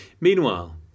Meanwhile